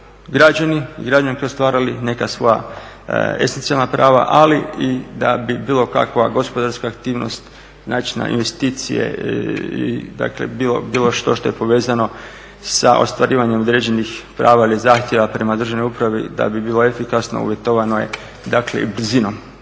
da bi i građani ostvarili neka svoja esencijalna prava, ali i da bi bilo kakva gospodarska aktivnost, … investicije i dakle, bilo što što je povezano sa ostvarivanjem određenih prava ili zahtjeva prema državnoj upravi da bi bilo efikasno uvjetovano, dakle i brzinom.